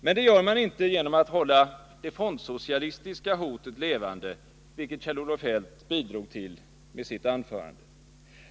Men det gör man inte genom att hålla det fondsocialistiska hotet levande, vilket Kjell-Olof Feldt bidrog till med sitt anförande!